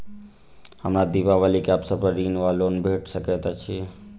हमरा दिपावली केँ अवसर पर ऋण वा लोन भेट सकैत अछि?